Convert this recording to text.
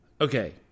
Okay